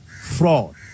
fraud